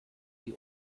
die